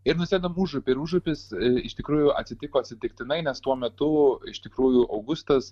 ir nusėdam užupy ir užupis iš tikrųjų atsitiko atsitiktinai nes tuo metu iš tikrųjų augustas